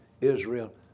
Israel